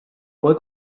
puoi